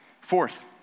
fourth